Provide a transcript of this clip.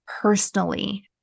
personally